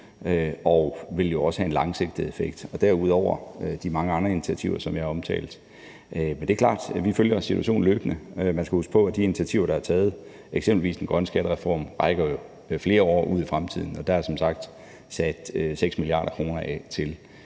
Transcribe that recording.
og vil jo også have en langsigtet effekt. Derudover er der de mange andre initiativer, som jeg omtalte. Men det er klart, at vi følger situationen løbende. Man skal huske på, at de initiativer, der er taget, eksempelvis den grønne skattereform, jo rækker flere år ud i fremtiden, og der er som sagt sat 6 mia. kr. af til,